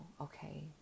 okay